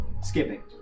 skipping